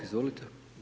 Izvolite.